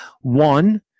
One